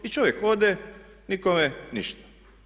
I čovjek ode, nikome ništa.